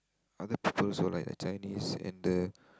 other people's all that Chinese and the